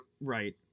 right